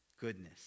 goodness